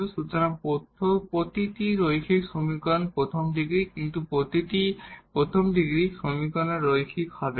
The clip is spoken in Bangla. সুতরাং প্রতিটি লিনিয়ার সমীকরণ প্রথম ডিগ্রি কিন্তু প্রতিটি প্রথম ডিগ্রী সমীকরণ লিনিয়ার হবে না